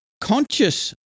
conscious